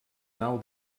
nau